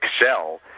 excel